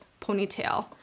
ponytail